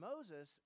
Moses